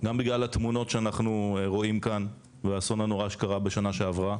גם בגלל התמונות שאנחנו רואים כאן והאסון הנורא שקרה בשנה שעברה,